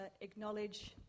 acknowledge